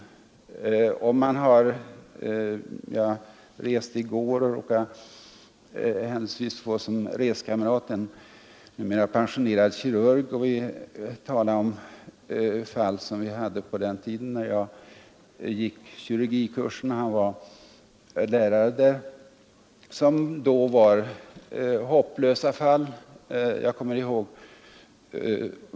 Jag råkade i går som reskamrat få en numera pensionerad kirurg. Vi talade om den tid när jag gick på kirurgikursen med honom som lärare och om dem av mina fall som då var hopplösa.